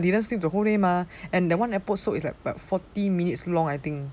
I didn't sleep the whole day mah and the one episode is like forty minutes long I think